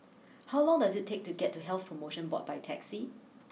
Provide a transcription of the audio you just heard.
how long does it take to get to Health promotion Board by taxi